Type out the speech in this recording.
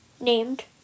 named